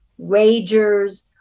ragers